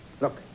Look